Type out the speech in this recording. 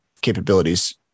capabilities